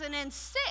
2006